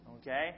okay